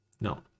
No